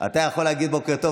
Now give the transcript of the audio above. אתה יכול להגיד בוקר טוב,